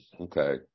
okay